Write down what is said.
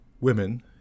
women